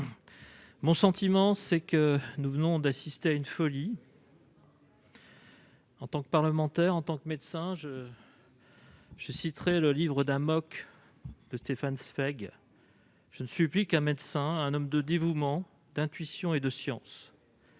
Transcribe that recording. mon sentiment, c'est que nous venons d'assister à une folie. En tant que parlementaire, en tant que médecin, j'ai en tête de Stefan Zweig :« Je [ne suis] plus qu'un médecin, un homme de dévouement, d'intuition et de science. »